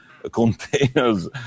containers